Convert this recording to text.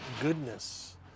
goodness